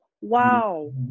Wow